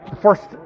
first